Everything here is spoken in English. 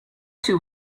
too